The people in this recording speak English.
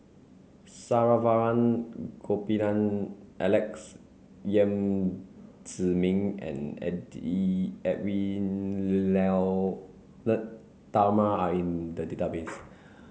Saravanan Gopinathan Alex Yam Ziming and Edwy Lyonet Talma are in the database